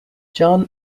john